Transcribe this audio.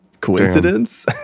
Coincidence